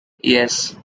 yes